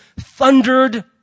thundered